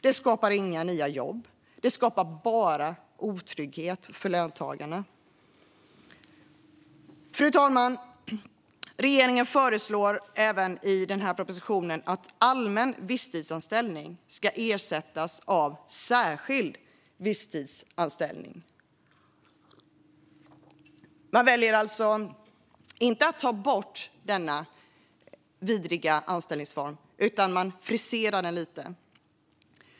Det skapar inga nya jobb; det skapar bara otrygghet för löntagarna. Fru talman! Regeringen föreslår i propositionen även att allmän visstidsanställning ska ersättas av särskild visstidsanställning. Man väljer alltså inte att ta bort denna vidriga anställningsform, utan man friserar den lite.